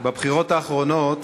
בבחירות האחרונות